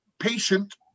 patient